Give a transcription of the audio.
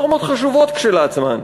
נורמות חשובות כשלעצמן,